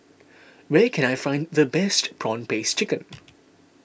where can I find the best Prawn Paste Chicken